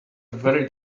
very